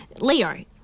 Leo